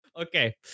Okay